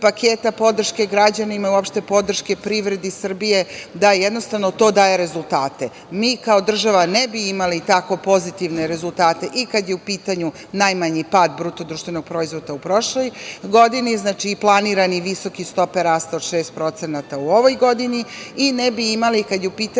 paketa podrške građanima i uopšte podrške privredi Srbije da jednostavno to daje rezultate. Mi kao država ne bi imali tako pozitivne rezultate i kada je u pitanju najmanji pad BDP-a i prošloj godini i planirani visoke stope rasta od 6% u ovoj godini i ne bi imali kada je u pitanju